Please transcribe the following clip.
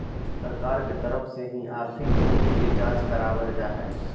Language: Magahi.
सरकार के तरफ से ही आर्थिक वृद्धि के जांच करावल जा हय